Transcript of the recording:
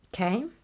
Okay